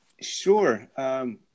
sure